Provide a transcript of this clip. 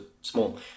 small